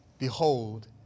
Behold